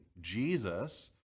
Jesus